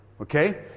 Okay